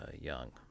young